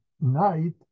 night